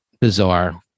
bizarre